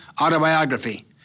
autobiography